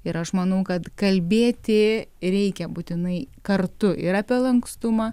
ir aš manau kad kalbėti reikia būtinai kartu ir apie lankstumą